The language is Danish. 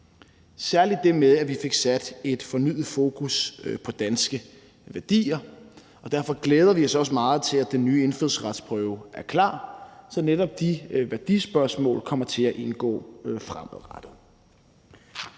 særlig det med, at vi fik sat et fornyet fokus på danske værdier, og derfor glæder vi os også meget til, at den nye indfødsretsprøve er klar, så netop de værdispørgsmål kommer til at indgå fremadrettet.